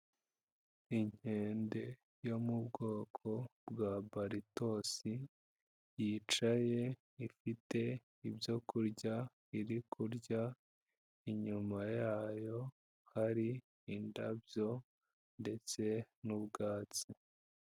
Inkende yo mu bwoko bwa baritosi, yicaye ifite ibyo kurya, iri kurya, inyuma yayo hari indabyo, ndetse n'ubwatsi.